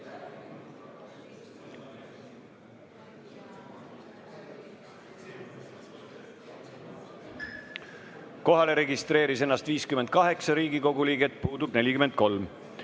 Kohalolijaks registreeris ennast 58 Riigikogu liiget, puudub 43.